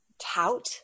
tout